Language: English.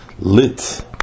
lit